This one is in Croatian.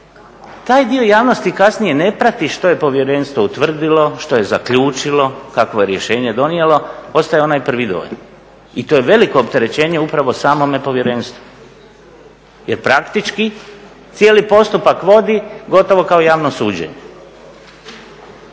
Taj dio javnosti kasnije ne prati što je povjerenstvo utvrdilo, što je zaključilo, kakvo je rješenje donijelo, ostaj onaj prvi dojam i to je veliko opterećenje upravo samome povjerenstvu jer praktički cijeli postupak vodi gotovo kao javno suđenje.